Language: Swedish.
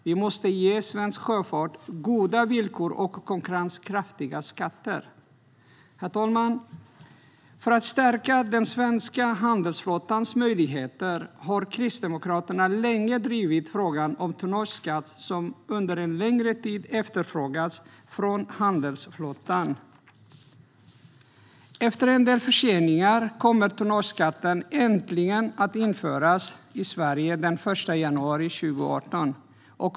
Vi måste ge svensk sjöfart goda villkor och konkurrenskraftiga skatter. Herr talman! För att stärka den svenska handelsflottans möjligheter har Kristdemokraterna länge drivit frågan om tonnageskatt, som under en längre tid har efterfrågats av handelsflottan. Efter en del förseningar kommer tonnageskatten äntligen att införas i Sverige den 1 januari 2018.